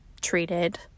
treated